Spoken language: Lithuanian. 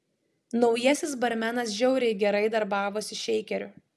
naujasis barmenas žiauriai gerai darbavosi šeikeriu